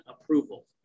approval